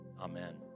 amen